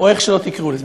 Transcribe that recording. או איך שלא תקראו לזה.